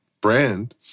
brand